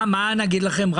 מה נגיד לכם?